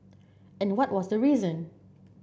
and what was the reason